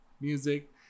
music